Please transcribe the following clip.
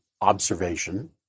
observation